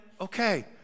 okay